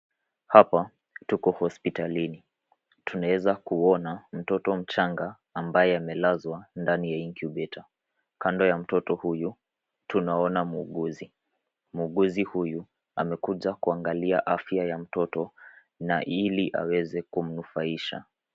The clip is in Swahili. Hapa tuko hospitalini. Tunaeza kuona mtoto mchanga ambaye amelazwa ndani ya incubator . Kando ya mtoto huyu tunaona muuguzi. Muuguzi huyu amekuja kuangalia afya ya mtoto na ili aweze kumufaisha.